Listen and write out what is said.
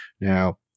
now